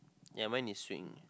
ya mine is string